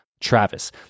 Travis